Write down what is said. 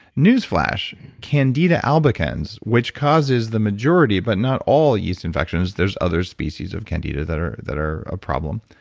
newsflash candida albicans, which causes the majority but not all yeast infections, there's other species of candida that are that are a problem,